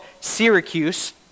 syracuse